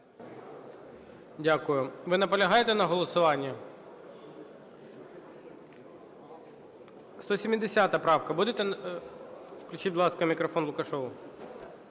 Дякую. Ви наполягаєте на голосуванні? 170 правка. Будете? Включіть, будь ласка, мікрофон Лукашеву.